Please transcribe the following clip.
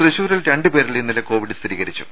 തൃശൂരിൽ രണ്ട് പേരിൽ ഇന്നലെ കോവിഡ് സ്ഥിരീകരിച്ചു